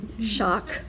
Shock